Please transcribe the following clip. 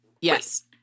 yes